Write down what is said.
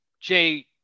Jay